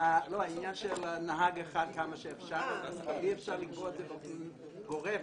אי אפשר לקבוע את זה באופן גורף,